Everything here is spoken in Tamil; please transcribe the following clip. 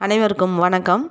அனைவருக்கும் வணக்கம்